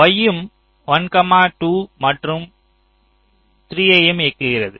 Y யும் 1 2 மற்றும் 3 யும் இயக்குகிறது